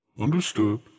Understood